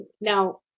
now